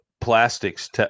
plastics